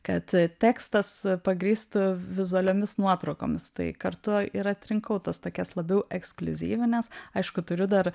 kad tekstas pagrįstų vizualiomis nuotraukomis tai kartu ir atrinkau tas tokias labiau ekskliuzyvines aišku turiu dar